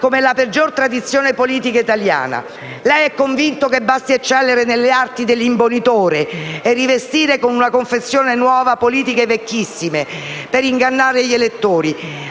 Grazie a tutte